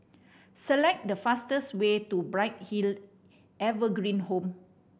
select the fastest way to Bright Hill Evergreen Home